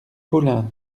paulin